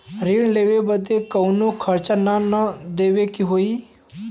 ऋण लेवे बदे कउनो खर्चा ना न देवे के होई?